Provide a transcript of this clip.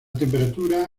temperatura